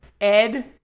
Ed